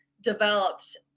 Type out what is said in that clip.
developed